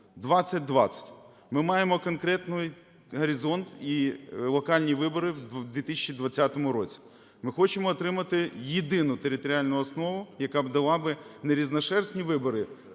2020". Ми маємо конкретний горизонт і локальні вибори у 2020 році. Ми хочемо отримати єдину територіальну основу, яка б дала б не "різношерстні" вибори: